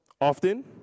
Often